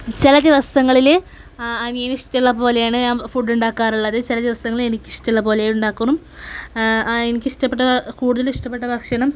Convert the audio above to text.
ചില ദിവസങ്ങളിൽ അനിയനിഷ്ടമുള്ള പോലെയാണ് ഞാൻ ഫുഡ്ഡ് ഉണ്ടാക്കാറുള്ളത് ചില ദിവസങ്ങളിൽ എനിക്കിഷ്ടമുള്ള പോലെ ഉണ്ടാക്കും എനിക്കിഷ്ടപ്പെട്ട കൂടുതലിഷ്ടപ്പെട്ട ഭക്ഷണം